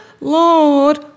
Lord